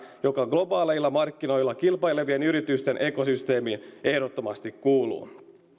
joka globaaleilla markkinoilla kilpailevien yritysten ekosysteemiin ehdottomasti kuuluu